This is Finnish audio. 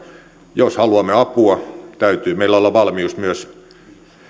jos haluamme apua täytyy meillä olla valmius myös